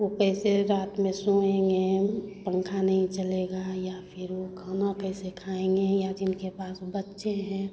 वो कैसे रात में सोएँगे पंखा नहीं चलेगा या फिर वो खाना कैसे खाएँगे या जिनके पास बच्चे हैं